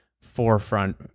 forefront